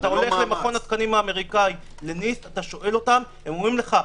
Nist אומרים לך: